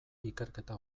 ikerketa